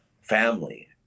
family